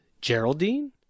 Geraldine